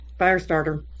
Firestarter